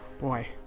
boy